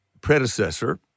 predecessor